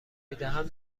میدهم